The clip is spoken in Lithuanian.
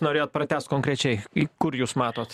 norėjot pratęst konkrečiai į kur jūs matot